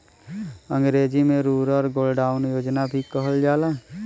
अंग्रेजी में rural godown योजना भी कहल जाला